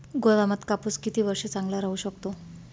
गोदामात कापूस किती वर्ष चांगला राहू शकतो?